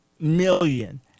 million